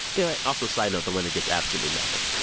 do it also side note the winner gets absolutely nothing